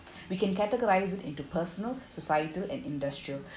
we can categorise into personal societal and industrial